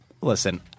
listen